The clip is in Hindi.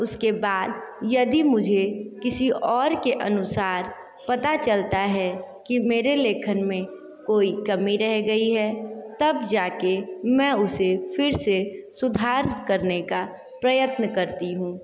उसके बाद यदि मुझे किसी और के अनुसार पता चलता है कि मेरे लेखन में कोई कमी रह गई है तब जाकर मैं उसे फ़िर से सुधार करने का प्रयत्न करती हूँ